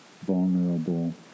Vulnerable